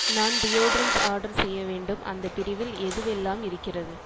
நான் deodorants order செய்ய வேண்டும் அந்தப் பிரிவில் எதுவெல்லாம் இருக்கிறது